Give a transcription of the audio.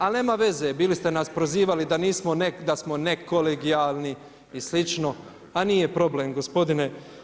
Ali nema veze, bili ste nas prozivali da nismo, da smo nekolegijalni i sl. a nije problem gospodine.